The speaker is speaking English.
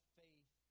faith